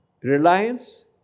Reliance